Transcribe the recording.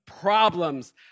problems